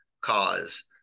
cause